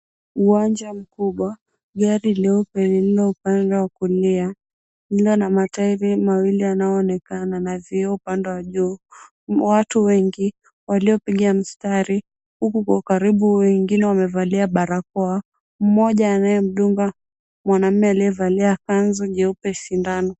Uwanja mkubwa, gari leupe lililo upande wa kulia, lililo na matairi mawili yanayoonekana na vioo upande wa juu. Watu wengi waliopiga mstari, huku kwa ukaribu wengine wamevalia barakoa. Mmoja anayemdunga mwanaume aliyevalia kanzu sindano.